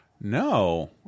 No